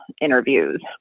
interviews